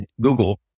Google